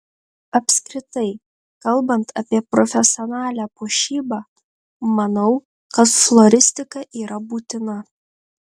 apskritai kalbant apie profesionalią puošybą manau kad floristika yra būtina